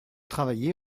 travaillez